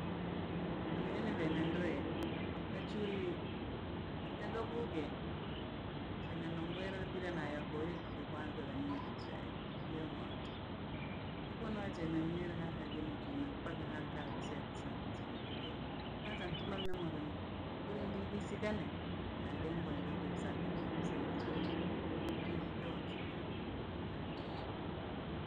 Eneeni vinendree ne chuuri antengebuge, senenongwire le kwire na yokolijijo kwanza la nyire chaini ya moto. Ekono achenweyelela hajenachuma mpaka ha nka nseko safetien kekeyi. Kwanza ntumame muremo kulindi kwisigane, naande ng'wagajose akachemphisengi chori lakini nampea uhakika nowarindrii.